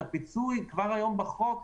את הפיצוי כבר היום בחוק,